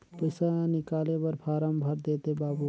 पइसा निकाले बर फारम भर देते बाबु?